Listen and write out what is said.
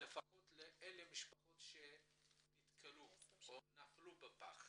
לפחות למשפחות האלה שנפלו בפח.